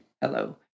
Hello